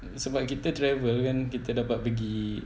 sebab kita travel kan kita dapat pergi